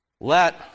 let